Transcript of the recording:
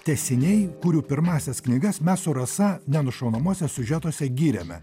tęsiniai kurių pirmąsias knygas mes su rasa nenušaunamuose namuose siužetuose gyrėme